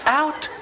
out